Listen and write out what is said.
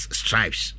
stripes